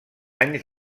anys